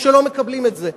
שלא מקבלים את זה,